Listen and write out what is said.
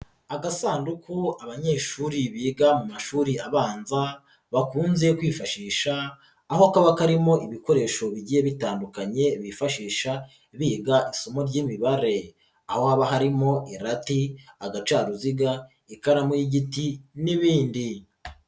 Agasanduku abanyeshuri biga mu mashuri abanza, bakunze kwifashisha, aho kaba karimo ibikoresho bigiye bitandukanye bifashisha biga isomo ry'Imibare. Aho haba harimo irate agacaruziga, ikaramu y'igiti n'ibindi.